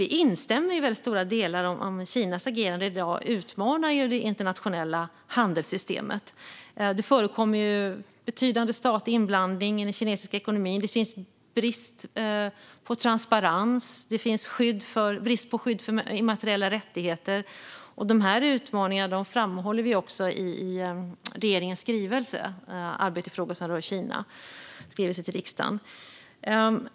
Vi instämmer till stora delar: Kinas agerande i dag utmanar ju det internationella handelssystemet. Det förekommer betydande statlig inblandning i den kinesiska ekonomin. Det råder brist på transparens. Det finns brister i skyddet för immateriella rättigheter. Dessa utmaningar framhåller vi också i regeringens skrivelse till riksdagen Arbetet i frågor som rör Kina .